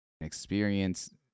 experience